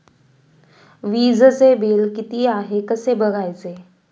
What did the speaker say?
वीजचे बिल किती आहे कसे बघायचे?